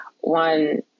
One